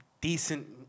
decent